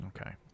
Okay